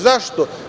Zašto?